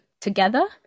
together